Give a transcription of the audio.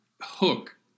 hook